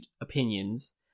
opinions